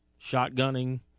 shotgunning